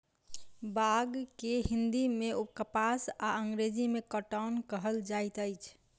बांग के हिंदी मे कपास आ अंग्रेजी मे कौटन कहल जाइत अछि